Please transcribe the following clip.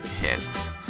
Hits